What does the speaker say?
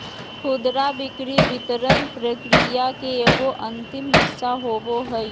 खुदरा बिक्री वितरण प्रक्रिया के एगो अंतिम हिस्सा होबो हइ